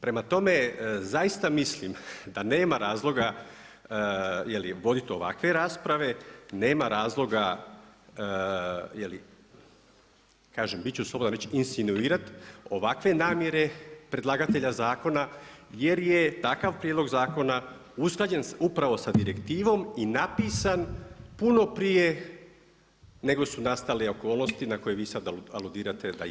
Prema tome, zaista mislim da nema razloga voditi ovakve rasprave, nema razloga, kažem biti ću slobodan reći insinuirati ovakve namjere predlagatelja zakona jer je takav prijedlog zakona usklađen upravo sa direktivom i napisan puno prije nego su nastale okolnosti na koje vi sada aludirate da jesu.